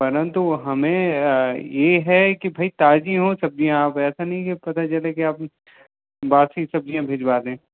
परंतु हमें ये है कि भाई ताज़ी हों सब्ज़ियाँ आप ऐसा नहीं कि पता चले कि आप बासी सब्ज़ियाँ भिजवा दें